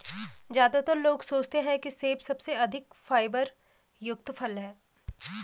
ज्यादातर लोग सोचते हैं कि सेब सबसे अधिक फाइबर युक्त फल है